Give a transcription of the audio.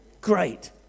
Great